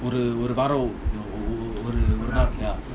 ஒருஒருவாரம்ஒருகொஞ்சநேரத்துல:oru oru varam oru konja nerathula